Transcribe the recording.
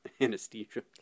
anesthesia